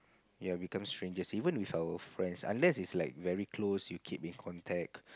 ya we've become strangers even with our friends unless it's like very close you keep in contact